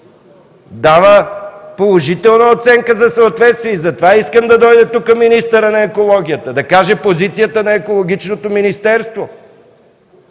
дава положителна оценка за съответствие. Затова искам тук да дойде министърът на екологията и да каже позицията на екологичното министерство.